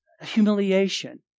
humiliation